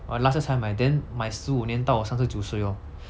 last year 才买 then 买十五年到三十九岁 lor